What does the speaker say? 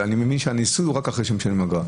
אני מאמין שהניסוי הוא רק אחרי שמשלמים אגרה.